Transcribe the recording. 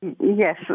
Yes